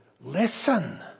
listen